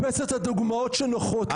אתה מחפש את הדוגמאות שנוחות לך.